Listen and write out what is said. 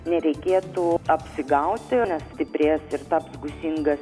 nereikėtų apsigauti nes stiprės ir taps gūsingas